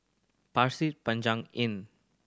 Pasir Panjang Inn